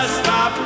stop